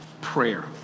prayer